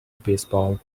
baseball